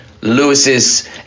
Lewis's